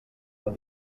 amb